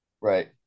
right